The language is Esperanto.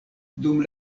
dum